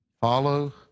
follow